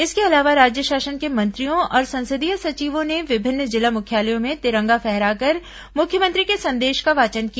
इसके अलावा राज्य शासन के मंत्रियों और संसदीय सचिवों ने विभिन्न जिला मुख्यालयों में तिरंगा फहराकर मुख्यमंत्री के संदेश का वाचन किया